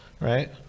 right